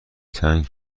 چند